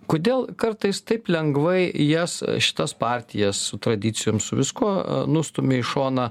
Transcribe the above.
kodėl kartais taip lengvai jas šitas partijas su tradicijom su viskuo nustumia į šoną